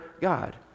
God